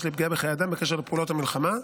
לפגיעה בחיי אדם בקשר לפעולות המלחמה.